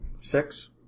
Six